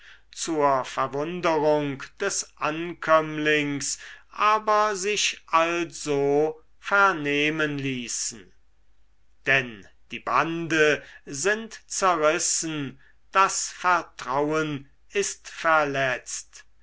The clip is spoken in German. zur verwunderung des ankömmlings aber sich also vernehmen ließen denn die bande sind zerrissen das vertrauen ist verletzt